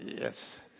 Yes